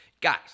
Guys